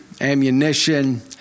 ammunition